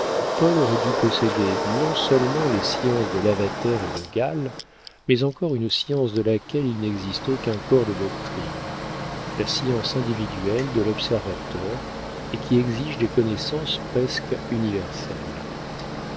paul aurait dû posséder non-seulement les sciences de lavater et de gall mais encore une science de laquelle il n'existe aucun corps de doctrine la science individuelle de l'observateur et qui exige des connaissances presque universelles